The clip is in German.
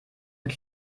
und